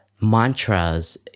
mantras